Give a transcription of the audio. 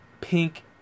pink